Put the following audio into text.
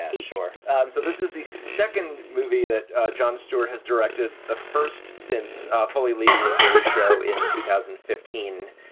yeah sure. and so this is the second movie that jon stewart has directed, the first since fully leaving the daily show in two thousand and fifteen.